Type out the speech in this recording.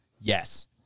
Yes